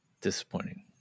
disappointing